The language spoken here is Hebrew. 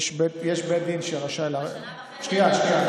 שנה וחצי, שנייה.